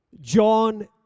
John